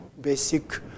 basic